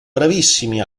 bravissimi